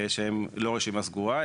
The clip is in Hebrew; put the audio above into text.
שהם לא רשימה סגורה.